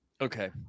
okay